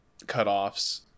cutoffs